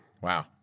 Wow